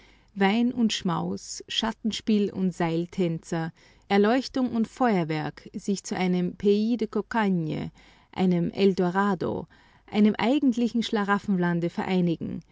wein und schmaus schattenspiel und seiltänzer erleuchtung und feuerwerk sich zu einem pays de cocagne einem eldorado einem eigentlichen schlaraffenlande vereinigen